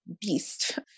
beast